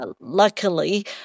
luckily